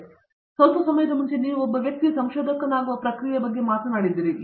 ಆದ್ದರಿಂದ ಸ್ವಲ್ಪ ಸಮಯದ ಮುಂಚೆ ನೀವು ಒಬ್ಬ ವ್ಯಕ್ತಿಯು ಸಂಶೋಧಕನಾಗುವ ಪ್ರಕ್ರಿಯೆ ಮಾತನಾಡಿದ್ದೀರಿ